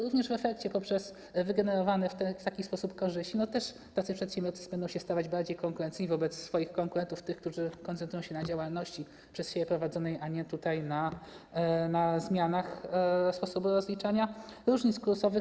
Również w efekcie, poprzez wygenerowane w taki sposób korzyści, tacy przedsiębiorcy będą się stawać bardziej konkurencyjni wobec swoich konkurentów, tych, którzy koncentrują się na działalności przez siebie prowadzonej, a nie na zmianach sposobu rozliczania różnic kursowych.